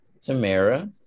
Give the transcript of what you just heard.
Tamara